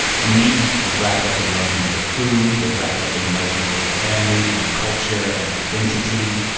meat is wrapped up in notions of food, is wrapped up in notions of family and culture and identity.